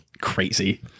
crazy